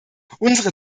unsere